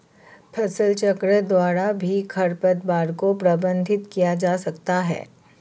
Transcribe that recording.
फसलचक्र द्वारा भी खरपतवार को प्रबंधित किया जा सकता है